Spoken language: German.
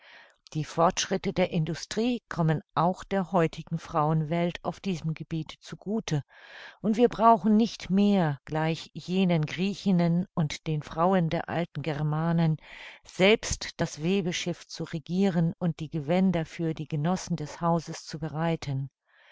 die fortschritte der industrie kommen auch der heutigen frauenwelt auf diesem gebiete zu gute und wir brauchen nicht mehr gleich jenen griechinnen und den frauen der alten germanen selbst das webeschiff zu regieren und die gewänder für die genossen des hauses zu bereiten